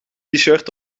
shirt